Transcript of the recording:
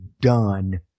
done